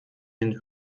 den